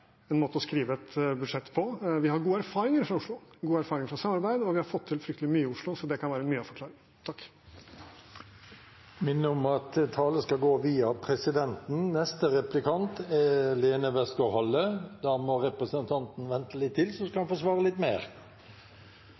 måte å skrive et budsjett på. Vi har gode erfaringer fra Oslo, gode erfaringer fra samarbeid, og vi har fått til fryktelig mye i Oslo, så det kan være mye av forklaringen. Presidenten vil minne om at talen skal gå via presidenten. Jeg synes det var interessant å høre representanten